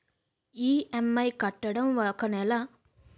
EMI కట్టడం ఒక నెల పాటు వాయిదా వేయటం అవ్తుందా?